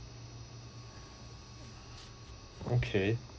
okay